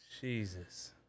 Jesus